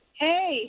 hey